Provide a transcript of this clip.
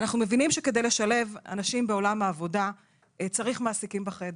אנחנו מבינים שכדי לשלב אנשים בעולם העבודה צריך מעסיקים בחדר.